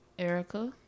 Erica